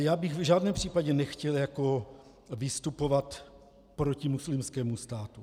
Já bych v žádném případě nechtěl vystupovat proti muslimskému státu.